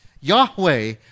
Yahweh